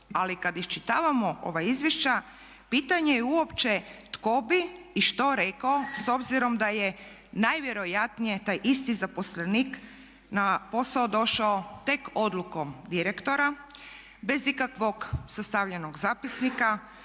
Ali kada iščitavamo ova izvješća pitanje je uopće tko bi i što rekao s obzirom da je najvjerojatnije taj isti zaposlenik na posao došao tek odlukom direktora bez ikakvog sastavljenog zapisnika,